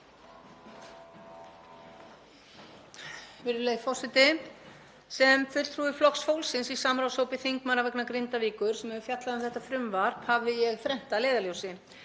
Virðulegi forseti. Sem fulltrúi Flokks fólksins í samráðshópi þingmanna vegna Grindavíkur sem hefur fjallað um þetta frumvarp hafði ég þrennt að leiðarljósi: